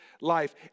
life